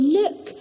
look